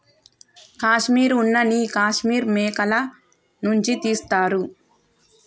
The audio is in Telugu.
కాశ్మీర్ ఉన్న నీ కాశ్మీర్ మేకల నుంచి తీస్తారు